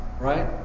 Right